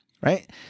Right